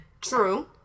True